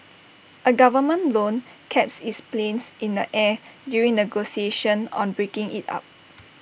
A government loan kept its planes in the air during negotiations on breaking IT up